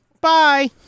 Bye